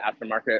aftermarket